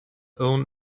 own